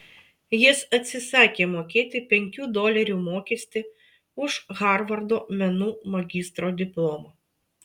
jis atsisakė mokėti penkių dolerių mokestį už harvardo menų magistro diplomą